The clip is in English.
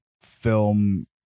film